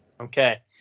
Okay